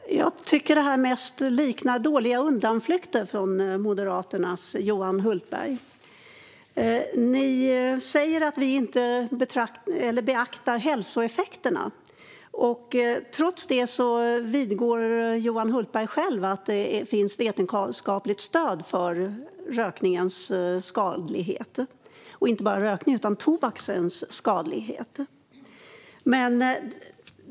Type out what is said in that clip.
Fru talman! Jag tycker att det mest liknar dåliga undanflykter från Moderaternas Johan Hultberg. Ni säger att vi inte beaktar hälsoeffekterna. Trots det vidgår Johan Hultberg själv att det finns vetenskapligt stöd för inte bara rökningens utan också tobakens skadlighet.